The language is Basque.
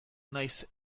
nahiz